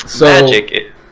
Magic